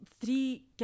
three